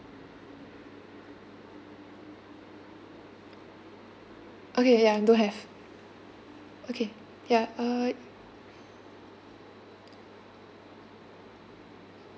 okay ya don't have okay ya uh